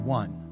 one